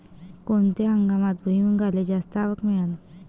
कोनत्या हंगामात भुईमुंगाले जास्त आवक मिळन?